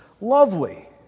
lovely